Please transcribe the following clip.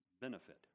benefit